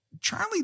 Charlie